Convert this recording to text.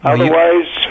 Otherwise